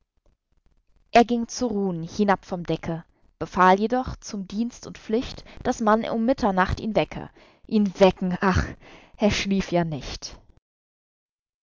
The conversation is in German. er ging zu ruhn hinab vom decke befahl jedoch zu dienst und pflicht daß man um mitternacht ihn wecke ihn wecken ach er schlief ja nicht